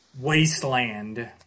wasteland